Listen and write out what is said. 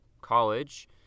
college